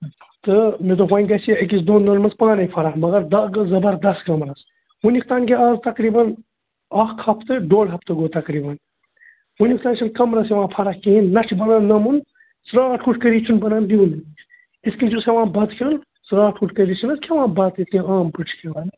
تہٕ مےٚ دوٚپ وۄنۍ گژھِ یہِ أکِس دۄن دۄہن منٛز پانَے فرق مگر دَگ ٲس زَبَردَس کَمرَس وٕنیُک تام گٔے آز تقریٖباً اَکھ ہفتہٕ ڈۄڑ ہَفتہٕ گوٚو تقریٖباً وٕنیُک تام چھِنہٕ کَمرَس یِوان فرق کِہیٖنۍ نَہ چھُ بَنان نَمُن ژرٛاٹھ کوٚٹھ کٔرِتھ چھُنہٕ بَنان بیُہنُے یِتھ کَنۍ چھُس ہٮ۪وان بتہٕ کھیوٚن ژرٛاٹھ کوٚٹھ کٔرِتھ چھِ نہ حظ کھٮ۪وان بَتہٕ یِتھ کٔنۍ عام پٲٹھۍ چھِ کھٮ۪وان